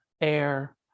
air